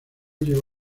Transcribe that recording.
llegó